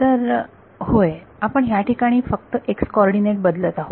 तर होय आपण ह्या ठिकाणी फक्त x कॉर्डीनेट बदलत आहोत